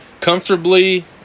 comfortably